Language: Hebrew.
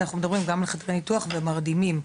מדברים גם על חדרי ניתוח וגם על מרדימים,